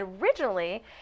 Originally